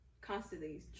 constantly